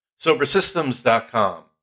SoberSystems.com